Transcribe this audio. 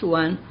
one